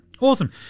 awesome